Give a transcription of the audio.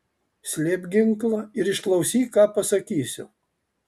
slėpk ginklą ir išklausyk ką pasakysiu